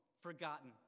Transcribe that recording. forgotten